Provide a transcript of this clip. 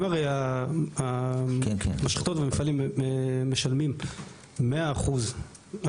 אם הרי המשחטות והמפעלים משלמים מאה אחוז על